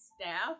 staff